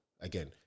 again